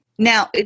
Now